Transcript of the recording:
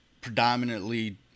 predominantly